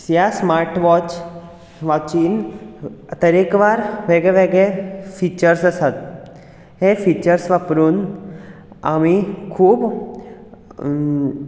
ह्या स्मार्टवॉच वॉचीन तरेकवार वेगळेवेगळे फिचर्स आसात हे फिचर्स वापरून आमी खूब अ